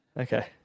Okay